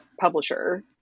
publisher